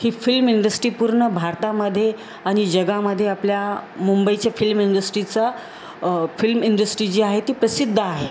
ही film industry पूर्ण भारतामध्ये आणि जगामध्ये आपल्या मुंबईच्या फिल्म इंडस्ट्रीचा फिल्म इंडस्ट्री जी आहे ती प्रसिद्ध आहे